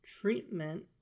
treatment